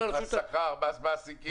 מס מהשכר, מס מעסיקים.